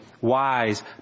wise